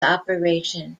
operation